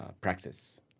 practice